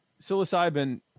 psilocybin